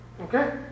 Okay